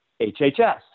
HHS